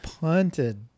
punted